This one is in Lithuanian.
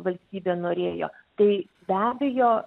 valstybė norėjo tai be abejo